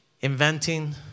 inventing